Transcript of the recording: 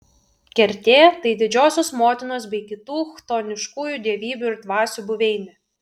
kertė tai didžiosios motinos bei kitų chtoniškųjų dievybių ir dvasių buveinė